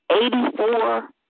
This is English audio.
eighty-four